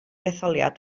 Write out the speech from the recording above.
etholiad